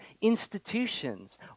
institutions